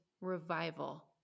revival